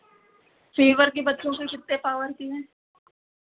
fever की बच्चों की कितने पावर की है